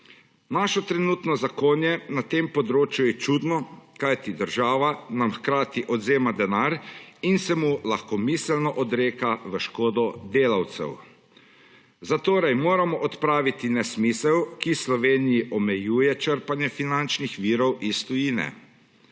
Naše trenutno zakonje na tem področju je čudno, kajti država nam hkrati odvzema denar in se mu lahkomiselno odreka v škodo delavcev. Zatorej moramo odpraviti nesmisel, ki Sloveniji omejuje črpanje finančnih virov iz tujine.